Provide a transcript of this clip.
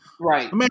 right